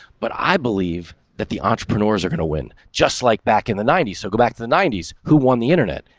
but i believe that the entrepreneurs are gonna win, just like back in the nineties. so go back to the nineties. who won the internet?